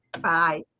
Bye